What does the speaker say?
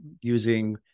using